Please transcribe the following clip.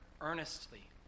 earnestly